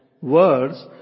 words